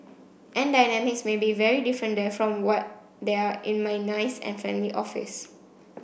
and dynamics may be very different there from what they are in my nice and friendly office